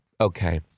Okay